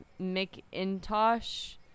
McIntosh